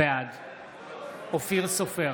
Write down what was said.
בעד אופיר סופר,